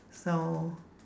so